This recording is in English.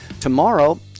Tomorrow